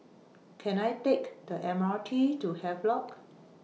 Can I Take The M R T to Havelock